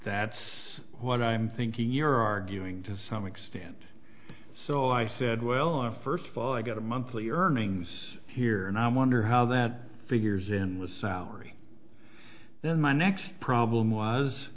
that's what i'm thinking you're arguing to some extent so i said well first of all i've got a monthly earnings here and i wonder how that figures in the salary then my next problem was